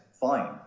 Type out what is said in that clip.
fine